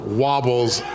wobbles